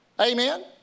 Amen